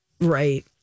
Right